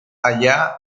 allá